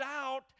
out